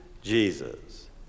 Jesus